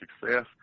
success